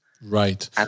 Right